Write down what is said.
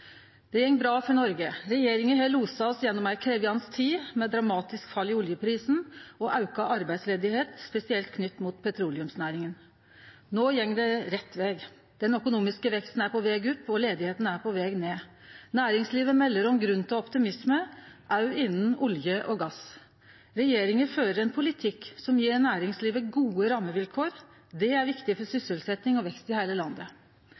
Det går bra for Noreg. Regjeringa har losa oss gjennom ei krevjande tid med dramatisk fall i oljeprisen og auka arbeidsløyse, spesielt knytt til petroleumsnæringa. No går det rett veg. Den økonomiske veksten er på veg opp, og arbeidsløysa er på veg ned. Næringslivet melder om grunn til optimisme, også innan olje og gass. Regjeringa fører ein politikk som gjev næringslivet gode rammevilkår. Det er viktig for sysselsetjing og vekst i heile landet.